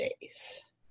days